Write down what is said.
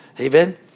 Amen